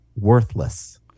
worthless